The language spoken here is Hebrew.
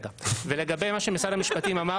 לגבי מה שמשרד המשפטים אמר